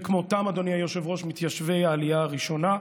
וכמותם, אדוני היושב-ראש, מתיישבי העלייה הראשונה.